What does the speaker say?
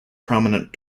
prominent